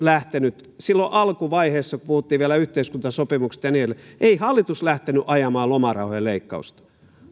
silloin alkuvaiheessa kun puhuttiin vielä yhteiskuntasopimuksesta ja niin edelleen lähtenyt ajamaan lomarahojen leikkausta